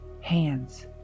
hands